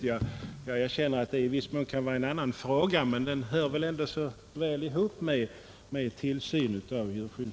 Jag erkänner att det i viss mån kan vara en annan fråga, men den hör ju ihop med tillsynen.